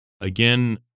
Again